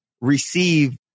receive